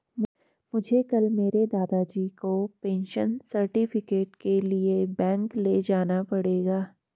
मुझे कल मेरे दादाजी को पेंशन सर्टिफिकेट के लिए बैंक ले जाना पड़ेगा